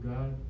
God